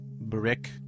Brick